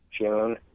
June